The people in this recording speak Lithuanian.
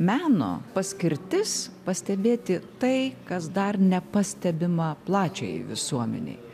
meno paskirtis pastebėti tai kas dar nepastebima plačiajai visuomenei